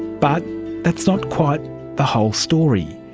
but that's not quite the whole story.